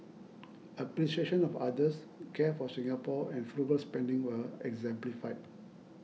appreciation of others care for Singapore and frugal spending were exemplified